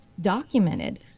documented